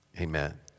Amen